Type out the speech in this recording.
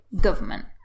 government